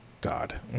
God